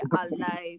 alive